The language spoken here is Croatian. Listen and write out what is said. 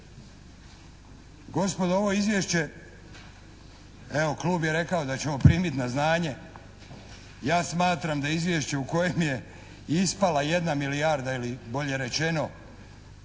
Gospodo ovo Izvješće, evo klub je rekao da ćemo primiti na znanje. Ja smatram da izvješće u kojem je ispala jedna milijarda ili bolje rečeno